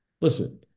Listen